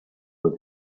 were